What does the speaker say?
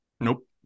nope